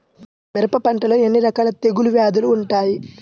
మిరప పంటలో ఎన్ని రకాల తెగులు వ్యాధులు వుంటాయి?